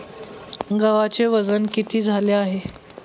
गव्हाचे वजन किती झाले आहे?